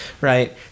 right